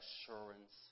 assurance